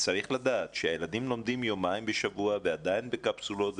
צריך לדעת שהילדים לומדים יומיים בשבוע ועדיין בקפסולות,